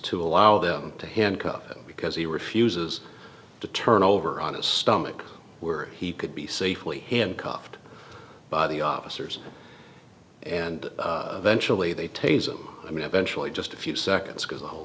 to allow them to handcuff because he refuses to turn over on his stomach were he could be safely handcuffed by the officers and eventually they tasered i mean eventually just a few seconds because the whole